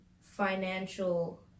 financial